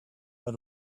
but